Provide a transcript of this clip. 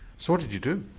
so what did you do?